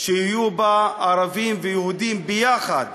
שיהיו בה ערבים ויהודים יחד